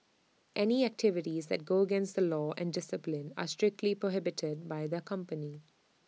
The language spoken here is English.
any activities that go against the law and discipline are strictly prohibited by the company